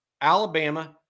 Alabama